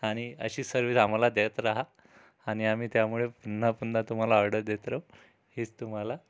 आणि अशीच सर्विस आम्हाला देत रहा आणि आम्ही त्यामुळे पुन्हा पुन्हा तुम्हाला ऑर्डर देत राहू हेच तुम्हाला